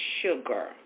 sugar